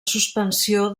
suspensió